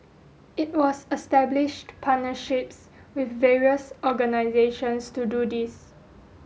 it was established partnerships with various organisations to do this